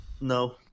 No